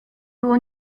było